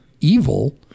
evil